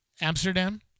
Amsterdam